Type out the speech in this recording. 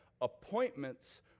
appointments